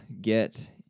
get